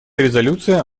резолюция